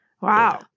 Wow